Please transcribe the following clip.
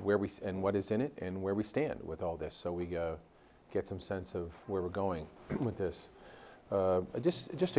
where we see what is in it and where we stand with all this so we get some sense of where we're going with this just